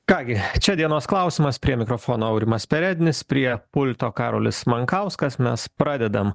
ką gi čia dienos klausimas prie mikrofono aurimas perednis prie pulto karolis mankauskas mes pradedam